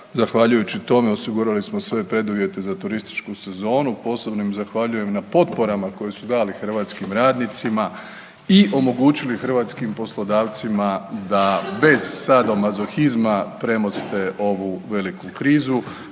zahvaljujući tome osigurali smo sve preduvjete za turističku sezonu, posebno im zahvaljujem na potporama koje se dali hrvatskim radnicima i omogućili hrvatskim poslodavcima da bez sadomazohizma premoste ovu veliku krizu